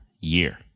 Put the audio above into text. year